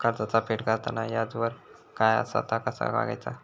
कर्जाचा फेड करताना याजदर काय असा ता कसा बगायचा?